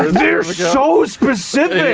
they're so specific!